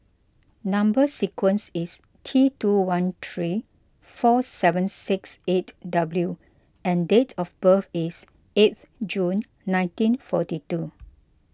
Number Sequence is T two one three four seven six eight W and date of birth is eight June nineteen forty two